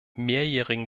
mehrjährigen